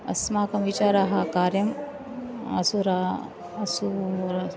अस्माकं विचाराः कार्यम् असुराः असूरः